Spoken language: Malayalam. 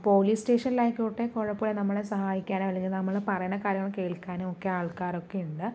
പോലീസ് സ്റ്റേഷനിൽ ആയിക്കോട്ടെ കുഴപ്പമില്ല നമ്മളെ സഹായിക്കാനോ അല്ലെങ്കിൽ നമ്മള് പറയണ കാര്യങ്ങൾ കേൾക്കാനോ ഒക്കെ ആൾക്കാരൊക്കെയുണ്ട്